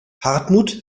hartmut